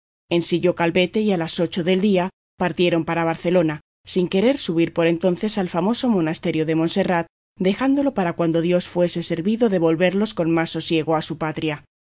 en teodosia ensilló calvete y a las ocho del día partieron para barcelona sin querer subir por entonces al famoso monasterio de monserrat dejándolo para cuando dios fuese servido de volverlos con más sosiego a su patria